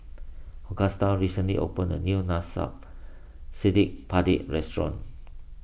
Agustus recently opened a new Cili Padi restaurant